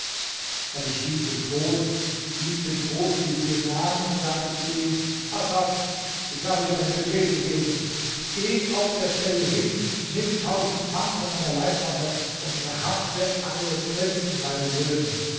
er bestieg den thron hieß den großvezier nahen und sagte zu ihm hasan ich habe dir einen befehl zu geben geh auf der stelle hin nimm tausend mann von meiner leibwache und verhafte alle prinzen meine söhne